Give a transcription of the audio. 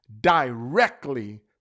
directly